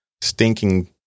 Stinking